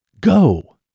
Go